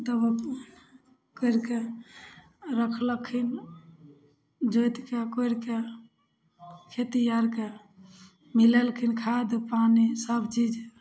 तब करिके आओर रखलखिन जोतिके कोड़िके खेती आओरके मिलेलखिन खाद पानि सबचीज